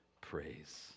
Praise